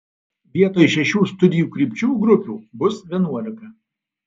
vietoj šešių studijų krypčių grupių bus vienuolika